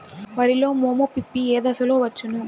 వరిలో మోము పిప్పి ఏ దశలో వచ్చును?